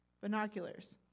binoculars